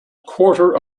quarter